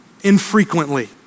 infrequently